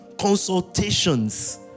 consultations